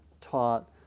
taught